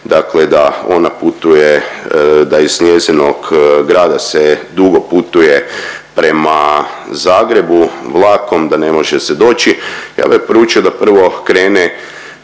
dakle da ona putuje, da iz njezinog grada se dugo putuje prema Zagrebu vlakom, da ne može se doći. Ja bih joj poručio da prvo krene,